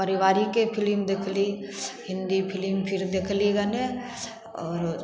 पारिवारिके film देखली Hindi film फेर देखली गने आओर